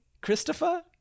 Christopher